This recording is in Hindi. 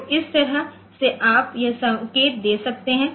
तो इस तरह से आप यह संकेत दे सकते हैं